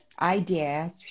idea